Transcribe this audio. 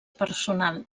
personal